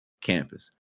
campus